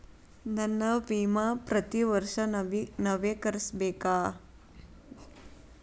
ನನ್ನ ವಿಮಾ ಪ್ರತಿ ವರ್ಷಾ ನವೇಕರಿಸಬೇಕಾ?